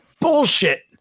bullshit